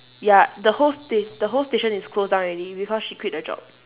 ya the whole sta~ the whole station is closed down already because she quit her job